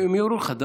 מירוחם.